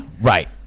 right